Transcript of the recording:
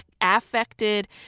affected